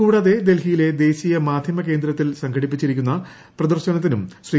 കൂടാതെ ഡൽഹിയിലെ ദേശീയ മാധ്യമ കേന്ദ്രത്തിൽ സംഘടിപ്പിച്ചിരിക്കുന്ന പ്രദർശനത്തിനും ശ്രീ